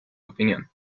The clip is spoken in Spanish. opinión